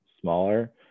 smaller